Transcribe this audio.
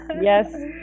yes